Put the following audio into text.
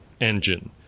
engine